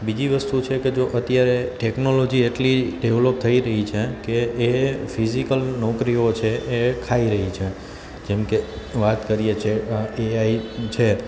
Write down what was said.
બીજી વસ્તુ છે કે જો અત્યારે ટેકનોલોજી એટલી ડેવલપ થઈ રહી છે કે એ ફિઝિકલ નોકરીઓ છે એ ખાઈ રહી છે જેમ કે વાત કરીએ છે એઆઈ છે